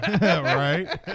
right